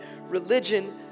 religion